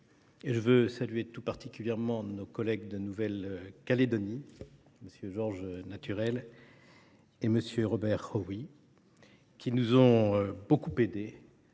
je veux saluer tout particulièrement nos collègues de Nouvelle Calédonie, Georges Naturel et Robert Wienie Xowie, qui nous ont beaucoup aidés